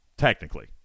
technically